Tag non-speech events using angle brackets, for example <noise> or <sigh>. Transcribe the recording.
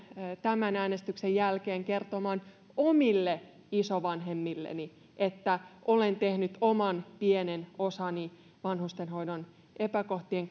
tämän äänestyksen jälkeen kertomaan omille isovanhemmilleni että olen tehnyt oman pienen osani vanhustenhoidon epäkohtien <unintelligible>